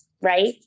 right